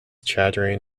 chattering